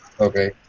Okay